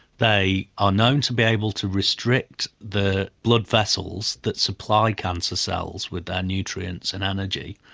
they are known to be able to restrict the blood vessels that supply cancer cells with their nutrients and energy.